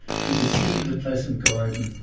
she could see the pleasant garden,